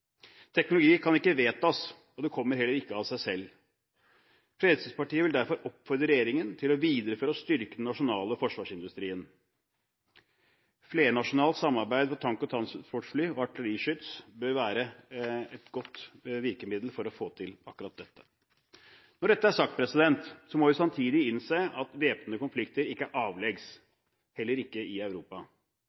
Teknologi kan ikke vedtas, og kommer heller ikke av seg selv. Fremskrittspartiet vil derfor oppfordre regjeringen til å videreføre og styrke den nasjonale forsvarsindustrien. Flernasjonalt samarbeid om tank- og transportfly og artilleriskyts bør være et godt virkemiddel for å få til akkurat dette. Når dette er sagt, må vi samtidig innse at væpnede konflikter ikke er avleggs, heller ikke i Europa.